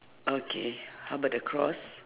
okay how about the cross